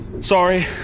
Sorry